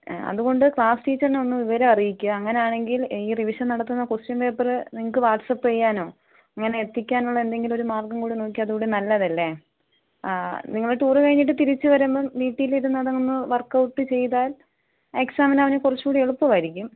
ഏ അതുകൊണ്ട് ക്ലാസ് ടീച്ചറിനെ ഒന്ന് വിവരം അറിയിക്കുക അങ്ങനെ ആണെങ്കിൽ ഈ റിവിഷൻ നടത്തുന്ന ക്വസ്റ്റ്യൻ പേപ്പർ നിങ്ങൾക്ക് വാട്ട്സാപ്പ് ചെയ്യാനോ അങ്ങനെ എത്തിക്കാനുള്ള എന്തെങ്കിലും ഒരു മാർഗ്ഗം കൂടി നോക്കിയാൽ അതുകൂടെ നല്ലതല്ലേ ആ നിങ്ങൾ ടൂർ കഴിഞ്ഞിട്ട് തിരിച്ചുവരുമ്പം വീട്ടിലിരുന്ന് അതൊന്ന് വർക്ക് ഔട്ട് ചെയ്താൽ എക്സാമിന് അവന് കുറച്ചുകൂടി എളുപ്പം ആയിരിക്കും